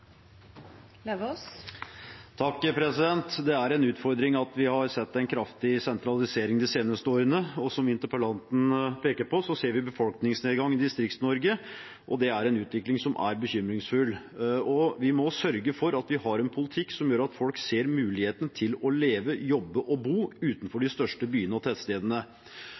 siste årene. Det er en utfordring at vi har sett en kraftig sentralisering de seneste årene. Og som interpellanten peker på, ser vi en befolkningsnedgang i Distrikts-Norge. Det er en utvikling som er bekymringsfull. Vi må sørge for at vi har en politikk som gjør at folk ser muligheten til å leve, jobbe og bo utenfor de største byene og tettstedene.